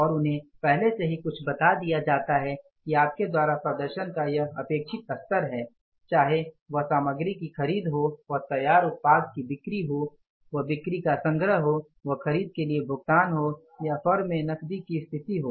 और उन्हें पहले से कुछ बता दिया जाता है कि आपके द्वारा प्रदर्शन का यह अपेक्षित स्तर है चाहे वह सामग्री की खरीद हो वह तैयार उत्पाद की बिक्री हो वह बिक्री का संग्रह हो वह खरीद के लिए भुगतान हो या फर्म में नकदी की स्थिति हो